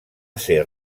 ser